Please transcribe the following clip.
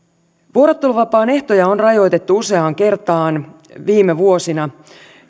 vuorotteluvapaan ehtoja on rajoitettu useaan kertaan viime vuosina